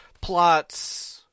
plots